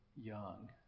young